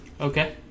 Okay